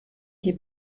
die